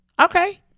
okay